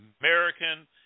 American